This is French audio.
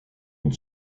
une